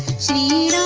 see